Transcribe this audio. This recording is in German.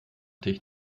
dich